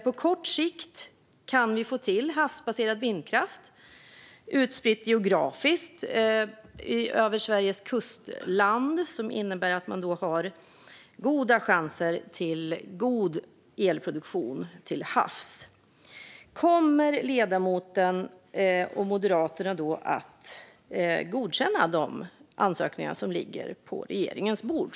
På kort sikt kan vi få till havsbaserad vindkraft, utspridd geografiskt över Sveriges kustland. Det innebär att man har goda chanser till god elproduktion till havs. Då undrar jag: Kommer ledamoten och Moderaterna att godkänna de ansökningar som ligger på regeringens bord?